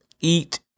eat